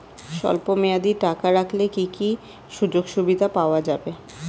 স্বল্পমেয়াদী টাকা রাখলে কি কি সুযোগ সুবিধা পাওয়া যাবে?